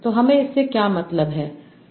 तो हमें इससे क्या मतलब है